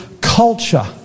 culture